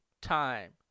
time